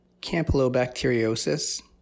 campylobacteriosis